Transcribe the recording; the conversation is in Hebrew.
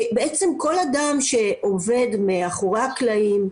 כל אדם שעובד מאחורי הקלעים,